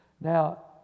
Now